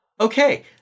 okay